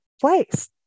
place